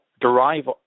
derive